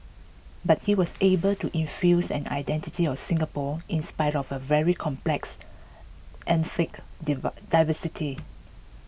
but he was able to infuse an identity of Singapore in spite of a very complex ethnic diversity